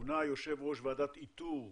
מונה יושב-ראש ועדת איתור,